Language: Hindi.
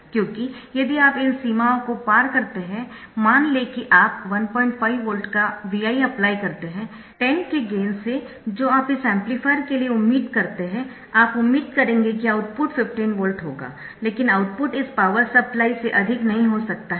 क्योंकि यदि आप इन सीमाओं को पार करते है मान लें कि आप 15 वोल्ट का Vi अप्लाई करते है 10 के गेन से जो आप इस एम्पलीफायर के लिए उम्मीद करते है आप उम्मीद करेंगे कि आउटपुट 15 वोल्ट होगा लेकिन आउटपुट इस पावर सप्लाई से अधिक नहीं हो सकता है